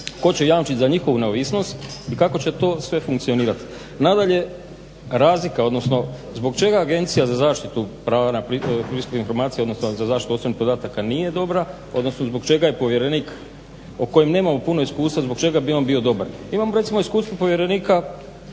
Tko će jamčiti za njihovu neovisnost i kako će to sve funkcionirat. Nadalje, razlika, odnosno zbog čega Agencija za zaštitu prava na pristup informacijama, odnosno za zaštitu osobnih podataka nije dobra, odnosno zbog čega je povjerenik o kojem nemamo puno iskustva, zbog čega bi on bio dobar. Imam recimo iskustvo povjerenika